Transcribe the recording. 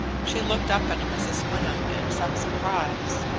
she looked up at mrs. wyndham in some surprise.